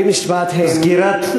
בית-המשפט, סגירת התיק.